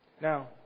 Now